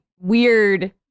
weird